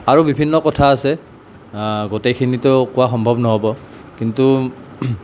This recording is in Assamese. আৰু বিভিন্ন কথা আছে গোটেইখিনিটো কোৱা সম্ভৱ নহ'ব কিন্তু